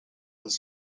els